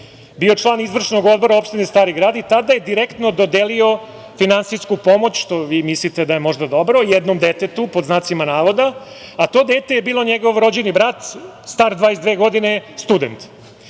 bio je član Izvršnog odbora opštine Stari Grad i tada je direktno dodelio finansijsku pomoć, što vi mislite da je možda dobro, jednom detetu, pod znacima navoda, a to dete je bilo njegov rođeni brat star 22 godine, student.